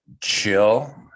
chill